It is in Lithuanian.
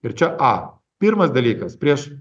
ir čia a pirmas dalykas prieš